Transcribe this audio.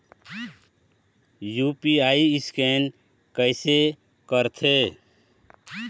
UPI scan कइसे करथे?